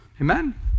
Amen